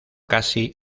casi